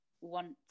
want